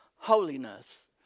Holiness